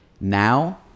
now